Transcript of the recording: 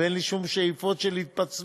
ואין לי שום שאיפות של התפצלות,